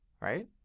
right